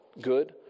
good